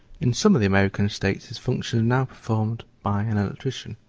in some of the american states his functions are now performed by an electrician,